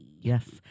Yes